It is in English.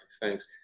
Thanks